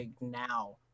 now